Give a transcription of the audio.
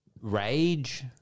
rage